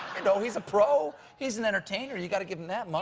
know, he's a pro. he's an entertainer. you gotta give him that much.